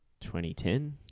2010